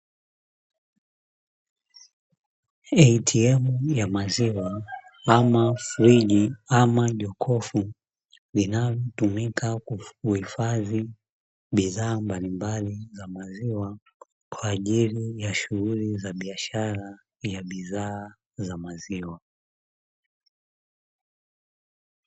"ATM ya maziwa", ama friji, ama jokofu linalotumika kuhifadhi bidhaa mbalimbali za maziwa kwa ajili ya shughuli ya biashara ya bidhaa za maziwa.